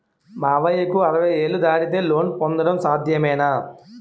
మామయ్యకు అరవై ఏళ్లు దాటితే లోన్ పొందడం సాధ్యమేనా?